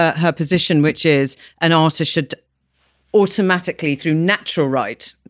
ah her position, which is an artist, should automatically, through natural right,